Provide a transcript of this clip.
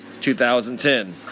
2010